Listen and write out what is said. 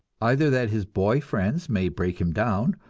either that his boy friends may break him down,